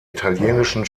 italienischen